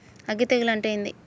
అగ్గి తెగులు అంటే ఏంది?